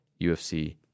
UFC